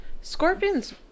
Scorpions